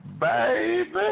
Baby